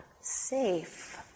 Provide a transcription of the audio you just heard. safe